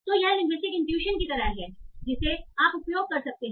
तो यह linguistic intuition की तरह है जिसे आप उपयोग कर सकते हैं